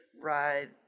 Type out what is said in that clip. ride